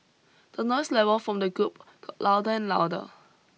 the noise level from the group got louder and louder